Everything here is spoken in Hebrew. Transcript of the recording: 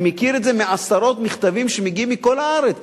אני מכיר את זה מעשרות מכתבים שמגיעים מכל הארץ.